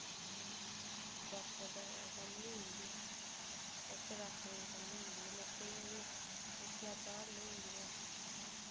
doctor ते असानी होई जंदी ओह्के डाक्टरे असानी होई जंदी ते लोकें बी मुश्कलातां हल्ल होई दियां